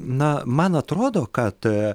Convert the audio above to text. na man atrodo kad